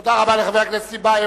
תודה רבה לחבר הכנסת טיבייב.